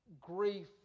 grief